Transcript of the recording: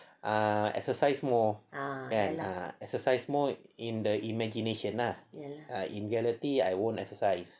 ah exercise more ah exercise more in the imagination lah in reality I won't exercise